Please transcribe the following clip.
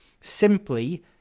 simply